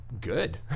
good